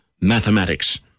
mathematics